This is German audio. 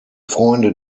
freunde